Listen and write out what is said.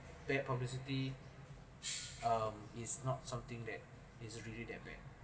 bad publicity um is not something that is really that bad